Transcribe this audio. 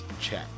check